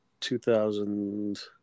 2000